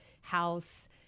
house